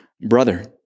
brother